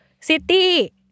city